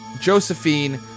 Josephine